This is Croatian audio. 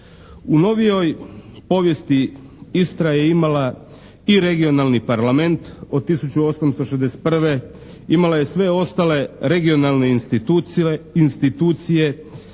U novijoj povijesti Istra je imala i regionalni parlament od 1861., imala je sve ostale regionalne institucije,